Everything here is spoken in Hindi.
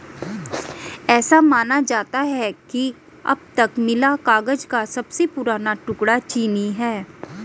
ऐसा माना जाता है कि अब तक मिला कागज का सबसे पुराना टुकड़ा चीनी है